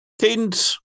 Cadence